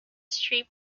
street